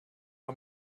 are